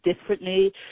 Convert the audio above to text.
differently